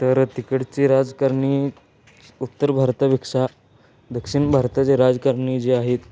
तर तिकडची राजकारणी उत्तर भारतापेक्षा दक्षिण भारताचे राजकारणी जे आहेत